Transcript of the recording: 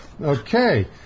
Okay